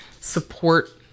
support